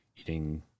eating